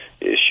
issue